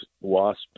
wasp